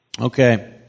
Okay